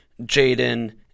Jaden